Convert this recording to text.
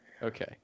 Okay